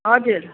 हजुर